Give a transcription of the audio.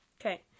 okay